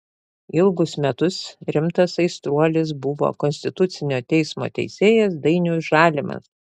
ilgus metus rimtas aistruolis buvo konstitucinio teismo teisėjas dainius žalimas